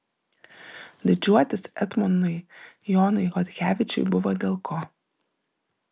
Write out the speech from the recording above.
didžiuotis etmonui jonui chodkevičiui buvo dėl ko